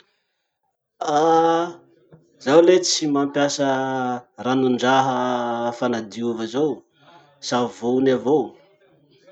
Ah! zaho le tsy mampiasa ranondraha fanadiova zao. Savony avao.